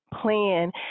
plan